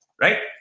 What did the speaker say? Right